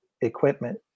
equipment